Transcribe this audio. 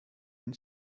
ein